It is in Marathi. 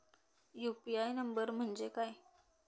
यु.पी.आय नंबर म्हणजे काय?